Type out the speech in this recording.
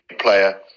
player